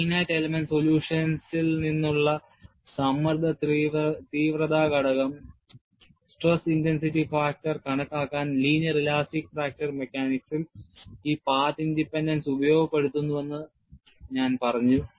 Finite element solutions നിന്നുള്ള സമ്മർദ്ദ തീവ്രത ഘടകം കണക്കാക്കാൻ ലീനിയർ ഇലാസ്റ്റിക് ഫ്രാക്ചർ മെക്കാനിക്സിൽ ഈ path independence ഉപയോഗപ്പെടുത്തുന്നുവെന്ന് ഞാൻ പറഞ്ഞു